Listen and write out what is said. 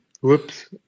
Whoops